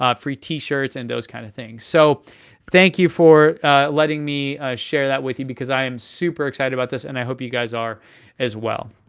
ah free t-shirts, and those kinds of things. so thank you for letting me share that with you, because i am super excited about this and i hope you guys are as well.